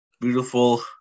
beautiful